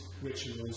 rituals